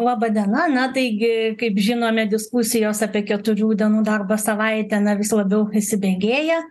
laba diena na taigi kaip žinome diskusijos apie keturių dienų darbo savaitę na vis labiau įsibėgėja